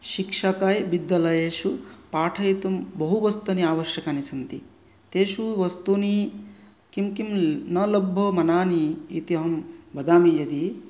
शिक्षकाय विद्यालयेषु पाठयितुं बहु वस्तूनि आवश्यकानि सन्ति तेषु वस्तूनि किं किं न लभ्यमनानि इति अहं वदामि यदि